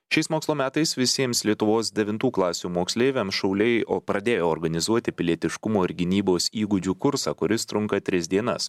šiais mokslo metais visiems lietuvos devintų klasių moksleiviam šauliai o pradėjo organizuoti pilietiškumo ir gynybos įgūdžių kursą kuris trunka tris dienas